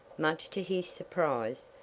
much to his surprise,